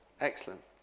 Excellent